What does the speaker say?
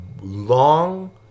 long